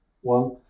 One